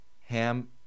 ham